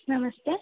ನಮಸ್ತೆ